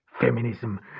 feminism